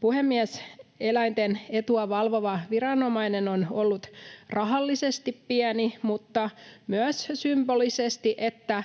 puhemies! Eläinten etua valvova viranomainen on ollut rahallisesti pieni, mutta symbolisesti sekä